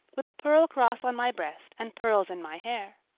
with a pearl cross on my breast and pearls in my hair.